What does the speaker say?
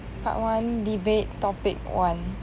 part one debate topic one